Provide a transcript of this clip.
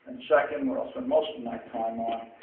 and second, what i'll spend most of my time on,